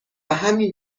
همین